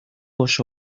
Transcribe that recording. oso